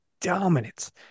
dominance